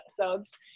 episodes